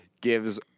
gives